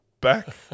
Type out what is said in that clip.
back